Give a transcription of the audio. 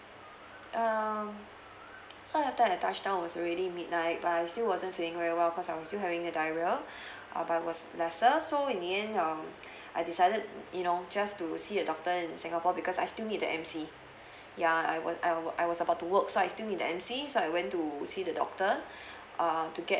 um so after I touch down was already midnight but I still wasn't feeling very well because I was still having the diarrhea uh but it was lesser so in the end um I decided you know just to see a doctor in singapore because I still need the M_C ya I were I were I was about to work so I still need the M_C so I went to see the doctor err to get